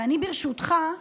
וברשותך,